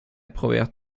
probeert